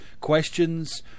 questions